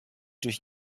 durch